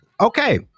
Okay